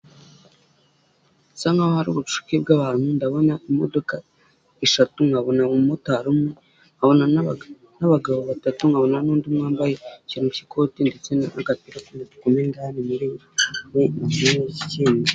Bisa nk'aho hari ubucucike bw'abantu ndabona imodoka eshatu nkabona umumotari umwe nkabona n'abagabo batatu, nkabona n'undi umwe wambaye ikintu cy'ikoti ndetse agapira k'umutuku mo indani,